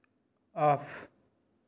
off